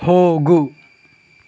ಹೋಗು